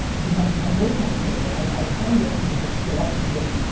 because i'm a great marketer, i can get people to show up to things,